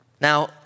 Now